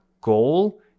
goal